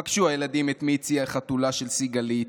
פגשו הילדים את מיצי, החתולה של סיגלית.